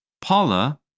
Paula